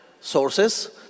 sources